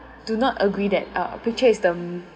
do not agree that uh picture is the